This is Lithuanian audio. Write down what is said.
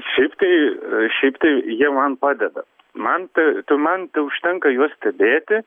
šiaip tai šiaip tai jie man padeda man t tu man tai užtenka juos stebėti